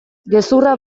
gezurra